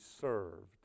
served